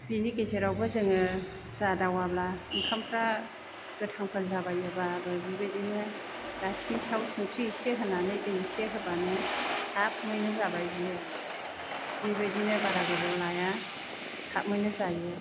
बेनि गेजेरावबो जोङो जादावाब्ला ओंखामफ्रा गोथांफोर जाबाय बायोब्ला बेबायदिनो दाखिनि सायाव संख्रि एसे होनानै दै एसे होबानो थाबैनो जाबाय बेयो बेबायदिनो बारा गोबाव लाया थाबैनो जायो